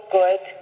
good